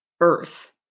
Earth